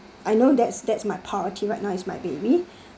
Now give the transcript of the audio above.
I know that's that's my priority right now is my baby